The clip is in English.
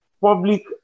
public